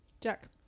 Jack